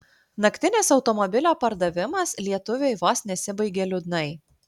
naktinis automobilio pardavimas lietuviui vos nesibaigė liūdnai